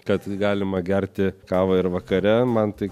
kad galima gerti kavą ir vakare man tai